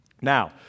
Now